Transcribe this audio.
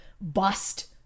bust